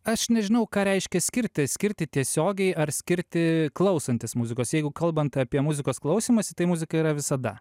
aš nežinau ką reiškia skirti skirti tiesiogiai ar skirti klausantis muzikos jeigu kalbant apie muzikos klausymąsi tai muzika yra visada